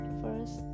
first